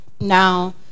Now